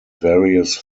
various